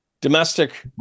domestic